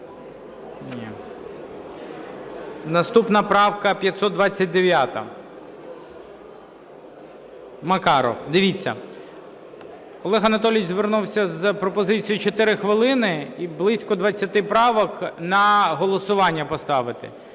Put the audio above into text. Наступна правка 529, Макаров. Дивіться, Олег Анатолійович звернувся з пропозицією 4 хвилини - і близько 20 правок на голосування поставити.